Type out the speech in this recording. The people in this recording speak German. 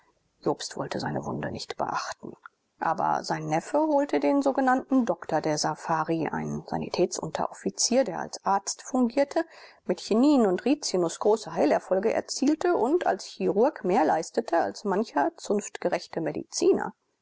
jobst wollte seine wunde nicht beachten aber sein neffe holte den sogenannten doktor der safari einen sanitätsunteroffizier der als arzt fungierte mit chinin und rizinus große heilerfolge erzielte und als chirurg mehr leistete als mancher zunftgerechte mediziner